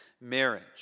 marriage